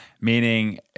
meaning